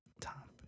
Top